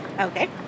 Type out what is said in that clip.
Okay